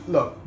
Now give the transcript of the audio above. Look